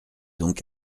donc